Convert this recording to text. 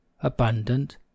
abundant